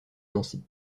nancy